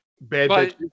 Bad